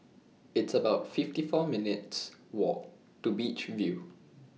It's about fifty four minutes' Walk to Beach View